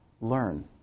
learn